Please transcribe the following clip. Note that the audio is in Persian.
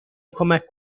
کمک